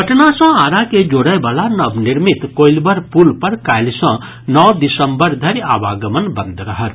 पटना सँ आरा के जोड़यवला नव निर्मित कोईलवर पुल पर काल्हि सँ नओ दिसंबर धरि आवागमन बंद रहत